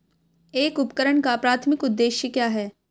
एक उपकरण का प्राथमिक उद्देश्य क्या है?